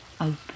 open